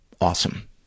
awesome